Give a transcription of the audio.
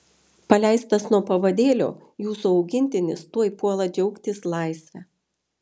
paleistas nuo pavadėlio jūsų augintinis tuoj puola džiaugtis laisve